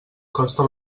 costen